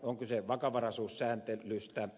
on kyse vakavaraisuussääntelystä